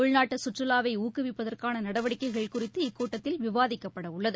உள்நாட்டு சுற்றுவாவை ஊக்குவிப்பதற்கான நடவடிக்கைகள் குறித்து இக்கூட்டத்தில் விவாதிக்கப்பட உள்ளது